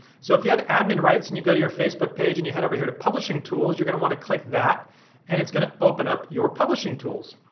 so if you have admin rights and you go to your facebook page and you head over here to publishing tools you're gonna wanna click that and it's gonna open up your publishing tools,